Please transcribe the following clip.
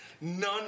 None